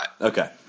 Okay